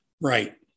Right